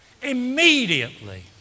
Immediately